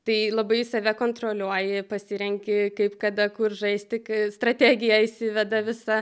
tai labai save kontroliuoji pasirenki kaip kada kur žaisti kai strategija įsiveda visa